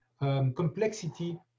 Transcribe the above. complexity